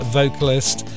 vocalist